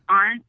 on